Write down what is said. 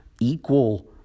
equal